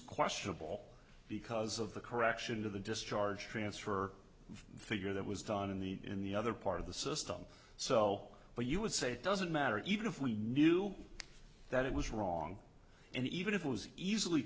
questionable because of the correction of the discharge transfer figure that was done in the in the other part of the system so what you would say doesn't matter even if we knew that it was wrong and even if it was easily